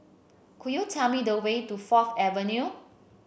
could you tell me the way to Fourth Avenue